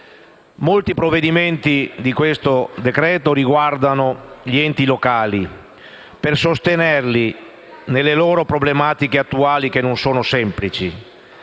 Molte misure di questo decreto-legge riguardano gli enti locali, per sostenerli nelle loro problematiche attuali, che non sono semplici.